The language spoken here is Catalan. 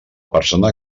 persona